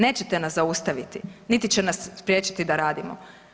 Nećete nas zaustaviti niti ćete nas spriječiti da radimo.